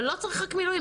אבל לא צריך רק מילואים.